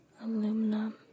aluminum